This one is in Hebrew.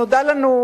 נודע לנו,